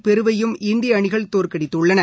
பெரு வையும் இந்தியாஅணிகள் தோற்கடித்துள்ளன